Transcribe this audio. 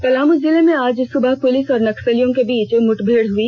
पलामू जिले में आज सुबह पुलिस और नक्सलियों के बीच मुठभेड़ हुई